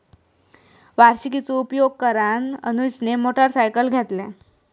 वार्षिकीचो उपयोग करान अनुजने मोटरसायकल घेतल्यान